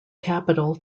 capital